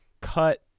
cut